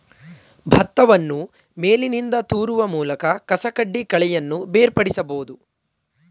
ಭತ್ತವನ್ನು ಮೇಲಿನಿಂದ ತೂರುವ ಮೂಲಕ ಕಸಕಡ್ಡಿ ಕಳೆಯನ್ನು ಬೇರ್ಪಡಿಸಬೋದು